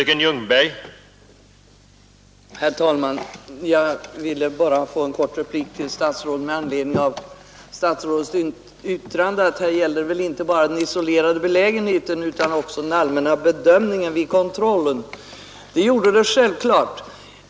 Herr talman! Jag vill bara ge en kort replik till statsrådet med anledning av hans yttrande att här gällde det inte bara den isolerade belägenheten utan även den allmänna bedömningen vid kontrollen. Det gjorde det självklart.